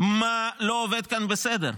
מה לא עובד כאן בסדר.